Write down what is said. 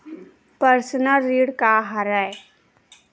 Personal ऋण का हरय?